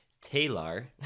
taylor